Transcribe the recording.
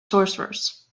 sorcerers